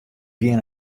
gean